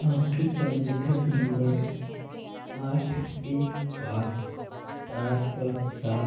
आपके पंजीकृत नंबर आठ एक पाँच चार पाँच सात